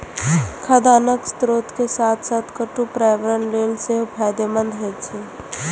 खाद्यान्नक स्रोत के साथ साथ कट्टू पर्यावरण लेल सेहो फायदेमंद होइ छै